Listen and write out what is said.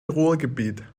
ruhrgebiet